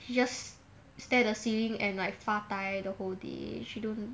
she just stare at the ceiling and like 发呆 the whole day she don't